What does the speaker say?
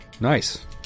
Nice